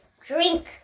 Drink